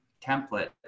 template